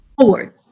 forward